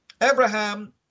Abraham